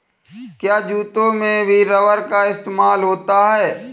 क्या जूतों में भी रबर का इस्तेमाल होता है?